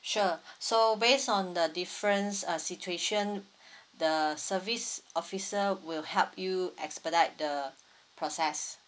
sure so based on the different uh situation the service officer will help you expedite the process